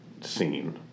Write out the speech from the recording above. scene